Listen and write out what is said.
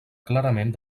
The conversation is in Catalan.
clarament